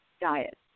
diet